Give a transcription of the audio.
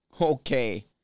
Okay